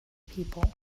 people